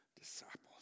disciples